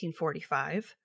1845